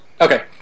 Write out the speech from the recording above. Okay